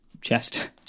chest